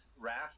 raft